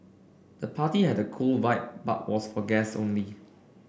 the party had a cool vibe but was for guests only